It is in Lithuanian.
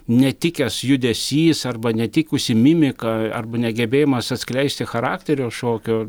netikęs judesys arba netikusi mimika arba negebėjimas atskleisti charakterio šokio